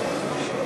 תוצאות